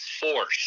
force